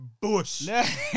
bush